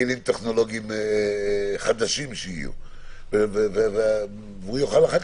כלים טכנולוגיים חדשים שיהיו והוא יוכל אחר